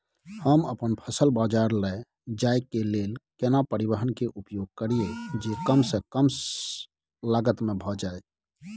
हम अपन फसल बाजार लैय जाय के लेल केना परिवहन के उपयोग करिये जे कम स कम लागत में भ जाय?